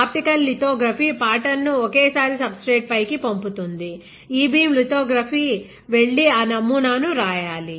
optical lithography pattern ను ఒకేసారి substrate పైకి పంపుతుంది ఇ బీమ్ లితోగ్రఫీ వెళ్లి ఆ నమూనాను వ్రాయాలి